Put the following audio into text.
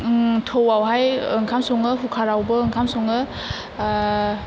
थौ आवहाय ओंखाम सङो कुकारावबो ओंखाम सङो